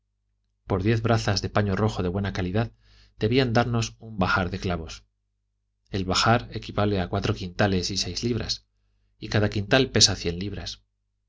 por diez brazas de paño rojo de buena calidad debían darnos un bahar de clavos el bahar equivale a cuatro quintales y seis libras y cada quintal pesa cien libras